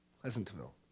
Pleasantville